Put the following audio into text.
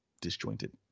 disjointed